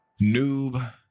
Noob